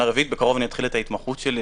בקרוב אני אתחיל את ההתמחות שלי,